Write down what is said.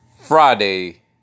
Friday